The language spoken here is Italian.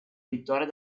vittoria